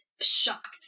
shocked